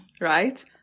right